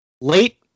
late